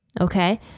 okay